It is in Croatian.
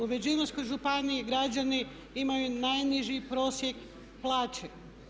U Međimurskoj županiji građani imaju najniži prosjek plaće.